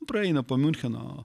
praeina po miuncheno